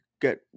get